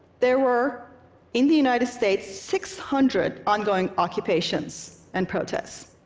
there were in the united states six hundred ongoing occupations and protests.